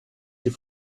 sie